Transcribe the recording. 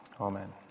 Amen